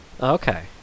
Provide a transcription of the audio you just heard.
okay